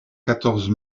quatorze